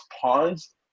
pawns